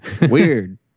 weird